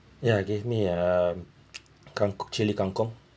ya give me a kang chilli kang kong